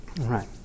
right